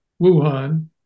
Wuhan